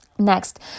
next